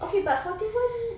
okay but forty one